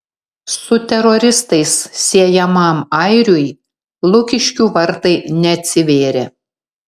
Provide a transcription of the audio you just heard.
su teroristais siejamam airiui lukiškių vartai neatsivėrė